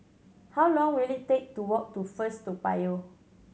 how long will it take to walk to First Toa Payoh